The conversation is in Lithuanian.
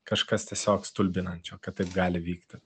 kažkas tiesiog stulbinančio kad taip gali vykti